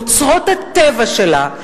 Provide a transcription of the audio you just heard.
אוצרות הטבע שלה,